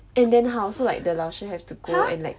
and then how so like the 老师 have to go and like